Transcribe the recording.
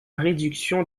réduction